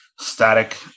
static